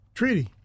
treaty